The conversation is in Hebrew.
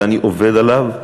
ואני עובד עליו,